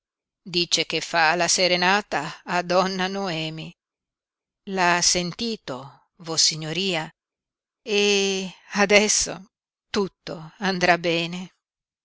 dice che fa la serenata a donna noemi l'ha sentito vossignoria e adesso tutto andrà bene